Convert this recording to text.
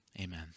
Amen